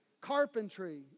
Carpentry